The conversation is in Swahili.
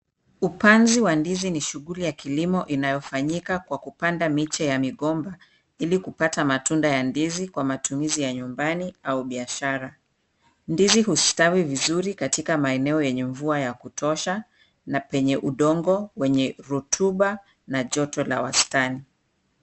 Upanzi wa ndizi ni shughuli ya kilimo inayofanyika kwa kupanda miche ya migomba ili kupata matunda ya ndizi kwa matumizi ya nyumbani au biashara. Ndizi hustawi vizuri katika maeneo yenye mvua ya kutosha na penye udongo wenye rutuba na joto la wastani.